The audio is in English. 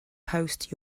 post